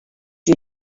you